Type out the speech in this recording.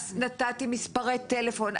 אז נתתי מספרי טלפון,